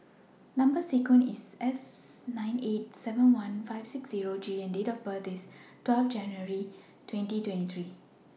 Number sequence IS S nine eight seven one five six Zero G and Date of birth IS twelve January twenty twenty three